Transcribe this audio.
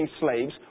slaves